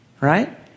right